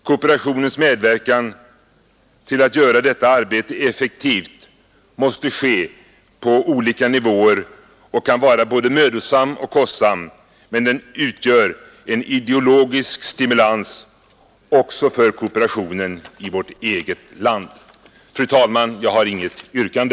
Kooperationens medverkan till att göra detta arbete effektivt måste ske på olika nivåer och kan vara både mödosam och kostsam, men den utgör en ideologisk stimulans också för kooperationen i vårt eget land. Fru talman jag har inget yrkande.